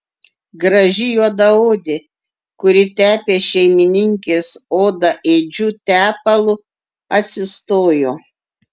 graži juodaodė kuri tepė šeimininkės odą ėdžiu tepalu atsistojo